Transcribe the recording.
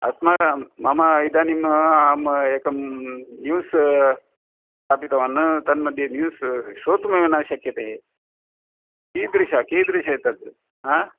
अस्माकं मम इदानीम् अहम् एकं न्यूस् स्थापितवान् तन्मध्ये न्यूस् श्रोतुमेव न शक्यते कीदृश कीदृशी तत् हा